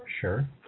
Sure